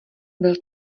byl